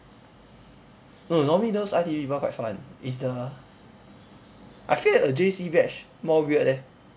no normally those I_T_E people quite fun it's the I feel like the J_C batch more weird eh